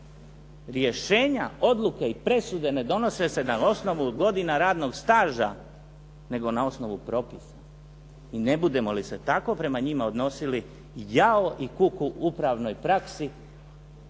Rješenja, odluke i presude ne donose se na osnovu godina radnog staža, nego na osnovu propisa. I ne budemo li se tako prema njima odnosili, jao i kuku upravnoj praksi